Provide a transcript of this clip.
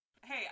Hey